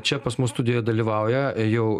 čia pas mus studijoje dalyvauja a jau